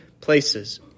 places